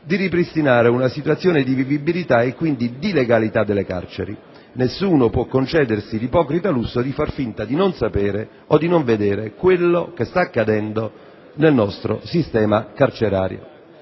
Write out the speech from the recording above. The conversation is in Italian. di ripristinare una situazione di vivibilità e quindi di legalità delle carceri: nessuno può concedersi l'ipocrita lusso di far finta di non sapere o di non vedere quel che sta accadendo nel nostro sistema carcerario.